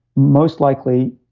most likely,